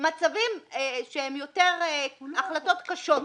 מצבים שהם החלטות קשות יותר.